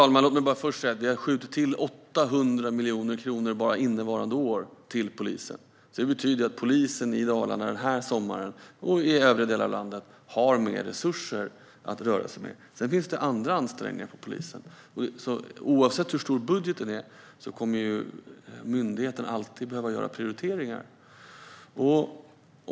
Fru talman! Vi har skjutit till 800 miljoner kronor till polisen bara innevarande år. Det betyder att polisen i Dalarna och övriga delar av landet har mer resurser att röra sig med den här sommaren. Sedan finns det andra ansträngningar hos polisen. Oavsett hur stor budgeten är kommer myndigheten alltid att behöva göra prioriteringar.